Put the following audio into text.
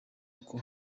uko